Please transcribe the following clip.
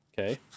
Okay